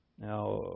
Now